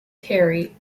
terry